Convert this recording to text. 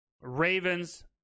Ravens